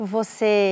Você